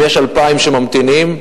אם יש 2,000 שממתינים,